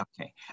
Okay